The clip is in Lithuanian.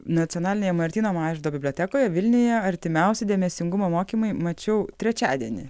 nacionalinėje martyno mažvydo bibliotekoje vilniuje artimiausi dėmesingumo mokymai mačiau trečiadienį